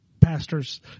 pastors